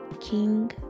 king